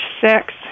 six